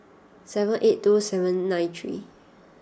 seven eight two seven nine three